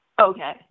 Okay